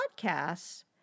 podcasts